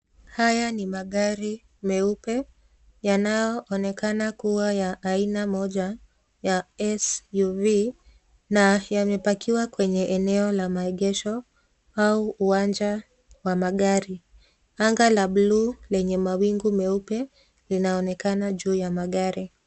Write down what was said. Haya ni magari meupe yanayoonekana kuwa ya aina moja ya SUV na yamepakiwa kwenye eneo la maegesho au uwanja wa magari . Anga la blu lenye mawingu meupe linaonekana juu ya magari.